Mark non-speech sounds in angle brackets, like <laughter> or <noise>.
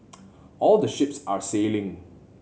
<noise> all the ships are sailing